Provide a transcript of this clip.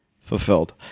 fulfilled